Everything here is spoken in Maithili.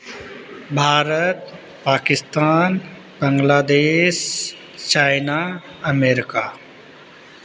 Bharat Pakistan Bangladesh China America